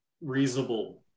reasonable